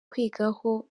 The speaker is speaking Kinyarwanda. kwigwaho